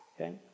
okay